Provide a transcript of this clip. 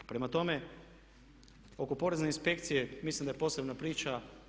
Prema tome oko Porezne inspekcije mislim da je posebna priča.